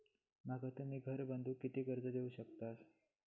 माका तुम्ही घर बांधूक किती कर्ज देवू शकतास?